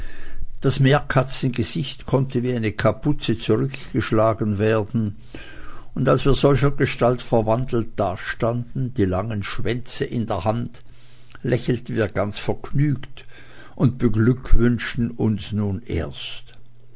das meerkatzengesicht konnte wie eine kapuze zurückgeschlagen werden und als wir solchergestalt verwandelt dastanden die langen schwänze in der hand haltend lächelten wir ganz vergnügt und beglückwünschten uns nun erst